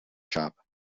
shop